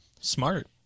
smart